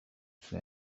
said